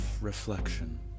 reflection